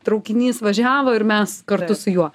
traukinys važiavo ir mes kartu su juo